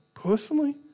Personally